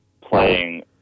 playing